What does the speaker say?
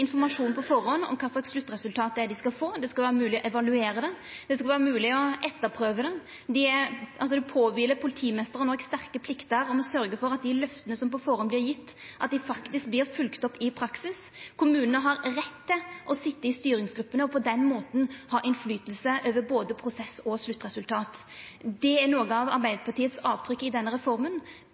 informasjon på førehand om kva slags sluttresultat dei skal få. Det skal vera mogleg å evaluera det, det skal vera mogleg å etterprøva det. Politimeistrane har også sterk plikt til å sørgja for at dei løfta som på førehand vert gjevne, faktisk vert følgde opp i praksis. Kommunane har rett til å sitja i styringsgruppene og på den måten ha innflytelse over både prosess og sluttresultat. Det er noko av Arbeidarpartiets avtrykk i denne reforma: